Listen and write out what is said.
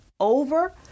over